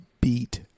beat